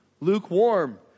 lukewarm